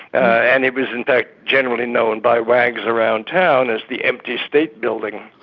and it was, in fact, generally known by wags around town as the empty state building.